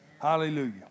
Hallelujah